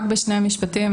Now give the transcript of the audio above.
רק בשני משפטים,